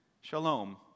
shalom